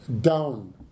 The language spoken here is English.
down